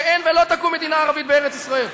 שאין ולא תקום מדינה ערבית בארץ-ישראל,